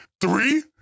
three